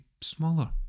smaller